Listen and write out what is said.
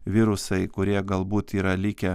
virusai kurie galbūt yra likę